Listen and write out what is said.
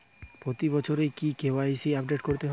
প্রতি বছরই কি কে.ওয়াই.সি আপডেট করতে হবে?